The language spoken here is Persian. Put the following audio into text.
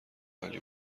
عالی